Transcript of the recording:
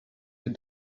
with